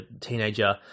teenager